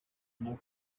nabo